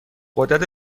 غدد